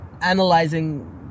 analyzing